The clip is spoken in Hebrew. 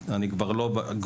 מספרים כי אני כבר לא שם.